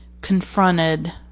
confronted